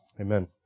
Amen